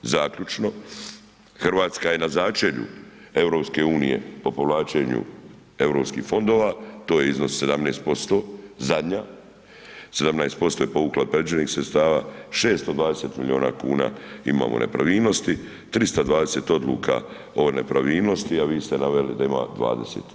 Zaključno, Hrvatska je na začelju EU po povlačenju europskih fondova, to je iznos 17% zadnja, 17% je povukla od predviđenih sredstava, 620 milijuna kuna imamo nepravilnosti, 320 odluka o nepravilnosti a vi ste naveli da ima 20.